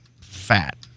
fat